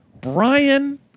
Brian